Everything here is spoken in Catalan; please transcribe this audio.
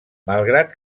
malgrat